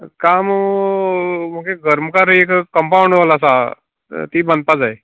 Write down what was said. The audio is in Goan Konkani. काम मगे घर मुखार एक कम्पावण्ड वोल आसा ती बांदपा जाय